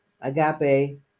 agape